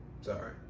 Sorry